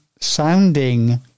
sounding